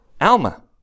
Alma